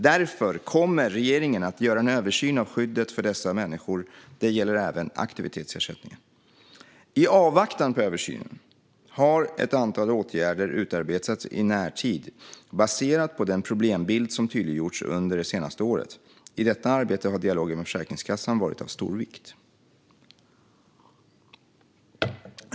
Därför kommer regeringen att göra en översyn av skyddet för dessa människor. Det gäller även aktivitetsersättningen. I avvaktan på översynen har ett antal åtgärder utarbetats i närtid baserat på den problembild som tydliggjorts under det senaste året. I detta arbete har dialogen med Försäkringskassan varit av stor vikt.